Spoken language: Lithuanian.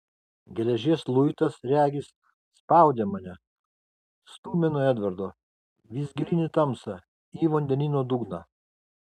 geležies luitas regis spaudė mane stūmė nuo edvardo vis gilyn į tamsą į vandenyno dugną